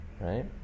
right